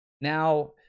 Now